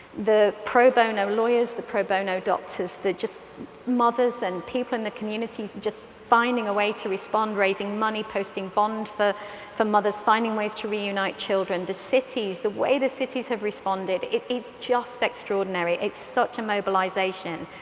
the pro bono lawyers, the pro bono doctors, they're just mothers and people in the community, just finding a way to respond. raising money, posting bond for for mothers, finding ways to reunite children. the cities, the way the cities have responded, it is just extraordinary. it's such a mobilization.